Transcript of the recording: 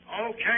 Okay